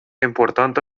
importantă